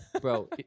Bro